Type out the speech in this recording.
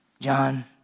John